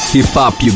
Hip-Hop